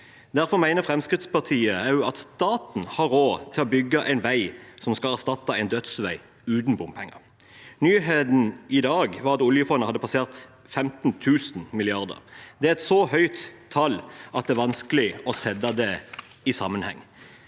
Derfor mener Fremskrittspartiet også at staten har råd til å bygge en vei som skal erstatte en dødsvei, uten bompenger. Nyheten i dag er at oljefondet har passert 15 000 mrd. kr. Det er et så høyt tall at det er vanskelig å sette det i sammenheng.